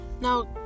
now